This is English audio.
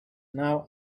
now